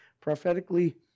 prophetically